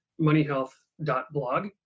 moneyhealth.blog